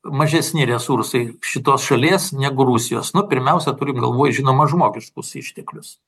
mažesni resursai šitos šalies negu rusijos nu pirmiausia turim galvoj žinoma žmogiškus išteklius